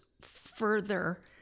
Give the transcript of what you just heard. further